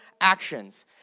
actions